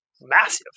massive